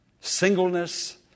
singleness